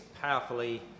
powerfully